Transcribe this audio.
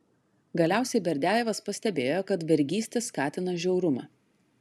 galiausiai berdiajevas pastebėjo kad vergystė skatina žiaurumą